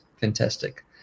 fantastic